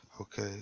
Okay